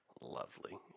Lovely